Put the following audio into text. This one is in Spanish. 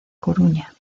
coruña